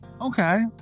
Okay